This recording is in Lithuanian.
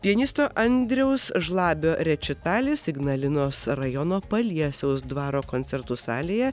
pianisto andriaus žlabio rečitalis ignalinos rajono paliesiaus dvaro koncertų salėje